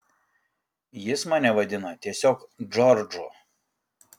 jis mane vadina tiesiog džordžu